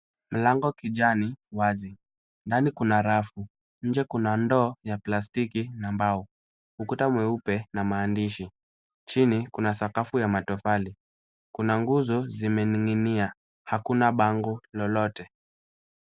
Mlango kijani wazi, ndani kuna rafu nje kuna ndoo ya plastiki na mbao, ukuta mweupe na maandishi. Chini kuna sakafu ya matofali. Kuna nguzo zimening'inia, hakuna bango lolote.